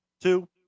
two